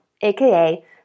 aka